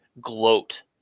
gloat